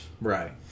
Right